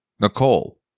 Nicole